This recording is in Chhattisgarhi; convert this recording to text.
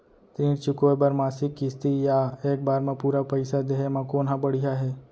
ऋण चुकोय बर मासिक किस्ती या एक बार म पूरा पइसा देहे म कोन ह बढ़िया हे?